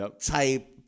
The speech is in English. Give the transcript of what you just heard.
type